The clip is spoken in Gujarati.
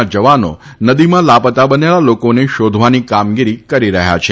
ના જવાનો નદીમાં લાપતા બનેલા લોકોને શોધવાની કામગીરી કરી રહ્યા છે